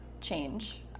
change